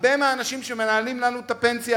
הרבה מהמנהלים שמנהלים לנו את הפנסיה